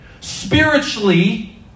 Spiritually